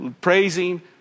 praising